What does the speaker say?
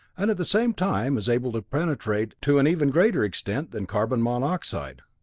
and at the same time is able to penetrate to an even greater extent than carbon monoxide.